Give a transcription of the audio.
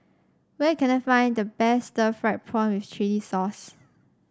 where can I find the best Stir Fried Prawn with Chili Sauce